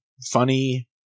funny